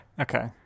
Okay